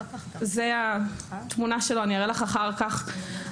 זה התמונה שלו, אני אראה לך אחר כך.